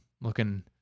looking